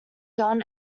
john